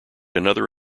another